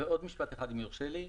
עוד משפט אחד, אם יורשה לי.